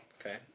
Okay